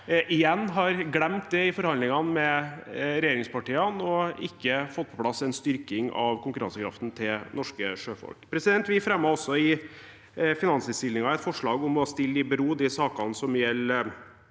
igjen har glemt det i forhandlingene med regjeringspartiene og ikke fått på plass en styrking av konkurransekraften til norske sjøfolk. Vi fremmer også i finansinnstillingen et forslag om å stille i bero de sakene som gjelder